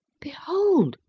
behold,